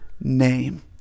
name